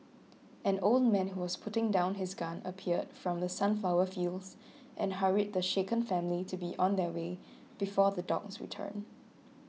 an old man who was putting down his gun appeared from the sunflower fields and hurried the shaken family to be on their way before the dogs return